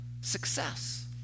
success